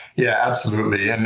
yeah absolutely. and